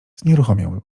znieruchomiał